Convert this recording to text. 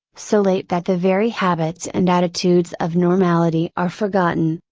so late that the very habits and attitudes of normality are forgotten.